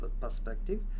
perspective